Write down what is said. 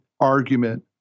argument